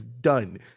Done